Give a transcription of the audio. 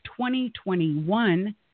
2021